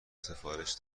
سفارش